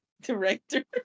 director